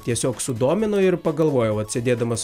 tiesiog sudomino ir pagalvojau vat sėdėdamas